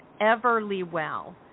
Everlywell